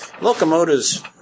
locomotives